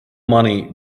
money